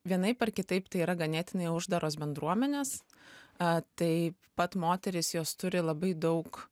vienaip ar kitaip tai yra ganėtinai uždaros bendruomenės a taip pat moterys jos turi labai daug